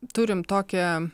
turim tokią